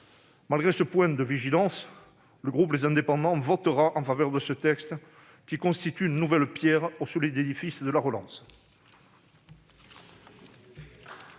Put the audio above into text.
Malgré ce point de vigilance, le groupe Les Indépendants votera en faveur de ce texte, qui constitue une nouvelle pierre au solide édifice de la relance.